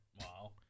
Wow